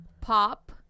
pop